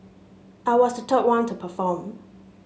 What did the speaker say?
I was the third one to perform